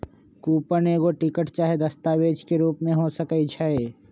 coupon एगो ticket चाहे दस्तावेज के रूप में हो सकइ छै